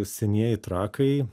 senieji trakai